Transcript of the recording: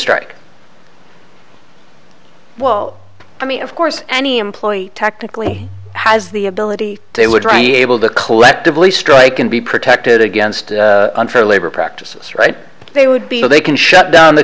strike well i mean of course any employee technically has the ability to dry able to collectively strike and be protected against unfair labor practices right they would be they can shut down the